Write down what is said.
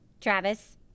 Travis